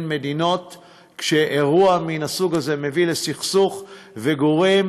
מדינות כשאירוע מן הסוג הזה מביא לסכסוך וגורם